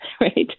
Right